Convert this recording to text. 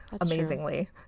Amazingly